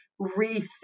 rethink